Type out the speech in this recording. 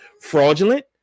fraudulent